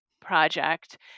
project